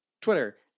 Twitter